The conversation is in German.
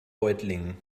reutlingen